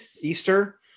Easter